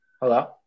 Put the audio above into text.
Hello